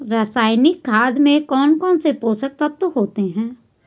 रासायनिक खाद में कौन कौन से पोषक तत्व होते हैं?